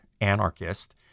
anarchist